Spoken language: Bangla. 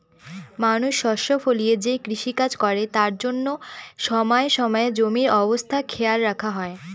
মানুষ শস্য ফলিয়ে যে কৃষিকাজ করে তার জন্য সময়ে সময়ে জমির অবস্থা খেয়াল রাখা হয়